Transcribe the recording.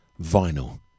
Vinyl